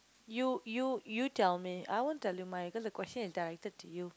you you you tell me I won't tell you mine cause the question is directed to you